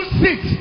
sit